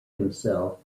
himself